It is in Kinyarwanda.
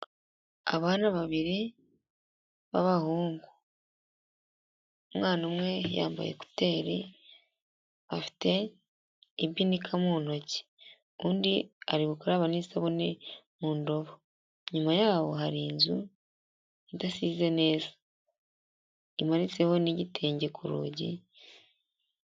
Abana babiri b'abahungu, umwana umwe yambaye ekuteri, afite ibinika mu ntoki, undi ari gukaraba n'isabune mu ndobo, inyuma yaho hari inzu idasize imanitseho n'igitenge ku rugi.